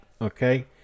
okay